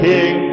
King